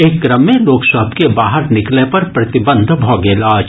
एहि क्रम मे लोक सभ के बाहर निकलय पर प्रतिबंध भऽ गेल अछि